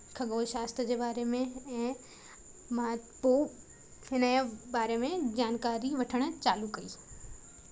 खगोल शास्त्र जे बारे में ऐं मां त हिनजे बारे में जानकारी वठणु चालू कई